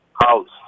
house